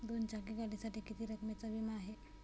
दोन चाकी गाडीसाठी किती रकमेचा विमा आहे?